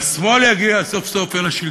והשמאל יגיע סוף-סוף אל השלטון,